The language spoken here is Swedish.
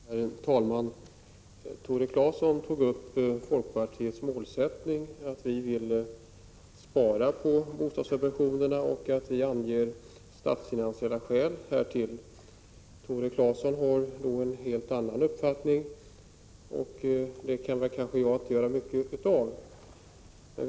Herr talman! Tore Claeson tog upp folkpartiets målsättning, att vi vill spara på bostadssubventionerna av statsfinansiella skäl. Tore Claeson har en helt annan uppfattning, och det kan jag nog inte göra mycket åt.